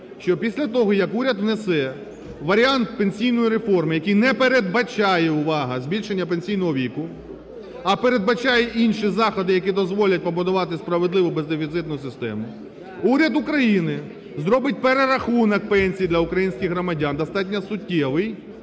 що після того, як уряд внесе варіант пенсійної реформи, який не передбачає, увага, збільшення пенсійного віку, а передбачає інші заходи, які дозволять побудувати справедливу бездефіцитну систему, уряд України зробить перерахунок пенсії для українських громадян достатньо суттєвий.